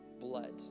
blood